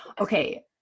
Okay